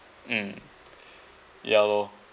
mm ya lor